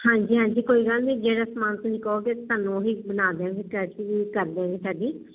ਹਾਂਜੀ ਹਾਂਜੀ ਕੋਈ ਗੱਲ ਨੀ ਜਿਹੜਾ ਸਮਾਨ ਤੁਸੀਂ ਕਹੋਗੇ ਤੁਹਾਨੂੰ ਉਹੀ ਬਣਾ ਦਿਆਂਗੇ ਥਾਡੀ